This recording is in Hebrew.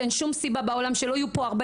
אין שום סיבה בעולם שלא יהיו פה 40